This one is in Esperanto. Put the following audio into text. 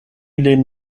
lin